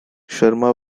sharma